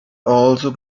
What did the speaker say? also